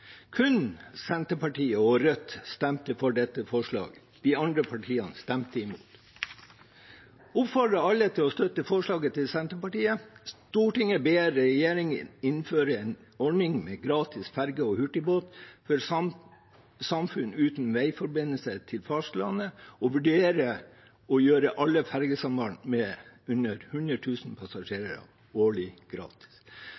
Kun Senterpartiet og Rødt stemte for dette forslaget. De andre partiene stemte imot. Jeg oppfordrer alle til å støtte forslagene til Senterpartiet, både: «Stortinget ber regjeringen innføre en ordning med gratis ferge og hurtigbåt for samfunn uten veiforbindelse til fastlandet og vurdere å gjøre alle fergesamband med under